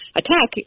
attack